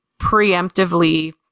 preemptively